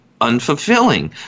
unfulfilling